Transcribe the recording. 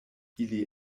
ili